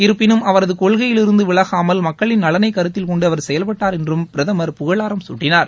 இருப்பினும் அவரது கொள்கையிலிருந்து விலகாமல் மக்களின் நலனைக் கருத்தில் கொண்டு அவர் செயல்பட்டார் என்றும் பிரதமர் புகழாரம் சூட்டினார்